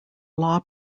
law